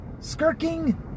skirking